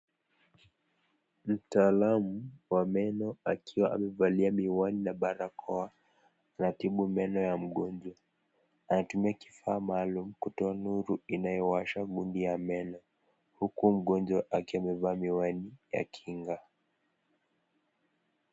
Mtaalamu wa meno akiwa amevalia miwani na barakoa, anatibu meno ya mgonjwa. Anatumia kifaa maalum kutoa nuru inayowasha gundi ya meno huku mgonjwa akiwa mevaa miwani ya kinga.